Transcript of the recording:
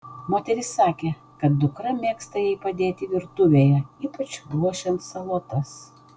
moteris sakė kad dukra mėgsta jai padėti virtuvėje ypač ruošiant salotas